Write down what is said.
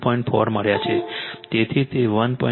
4 મળ્યા છે તેથી તે 1